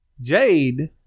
Jade